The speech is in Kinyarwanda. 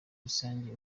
rusange